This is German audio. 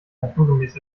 naturgemäß